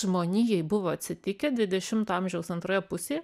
žmonijai buvo atsitikę dvidešimto amžiaus antroje pusėje